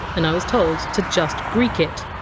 and i was told to just greek it.